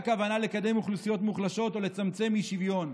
כוונה לקדם אוכלוסיות מוחלשות או לצמצם אי-שוויון,